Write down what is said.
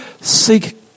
seek